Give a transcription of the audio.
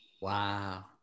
Wow